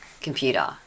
computer